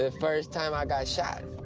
ah first time i got shot,